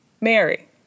Mary